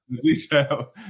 detail